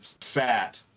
fat